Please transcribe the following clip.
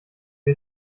wir